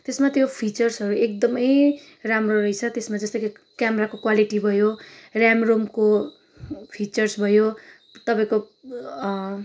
त्यसमा त्यो फिचर्सहरू एकदमै राम्रो रहेछ त्यसमा जस्तो कि क्यामराको क्वालिटी भयो ऱ्याम रोमको फिचर्स भयो तपाईँको